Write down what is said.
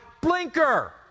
blinker